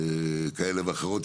כאלה ואחרות,